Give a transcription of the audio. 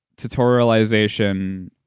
tutorialization